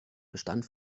bestand